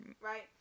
Right